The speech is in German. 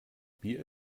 bier